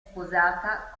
sposata